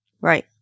Right